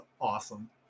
awesome